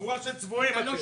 חבורה של צבועים אתם.